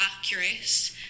accurate